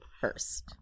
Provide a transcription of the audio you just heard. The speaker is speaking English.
first